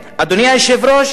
אדוני היושב-ראש,